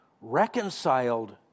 reconciled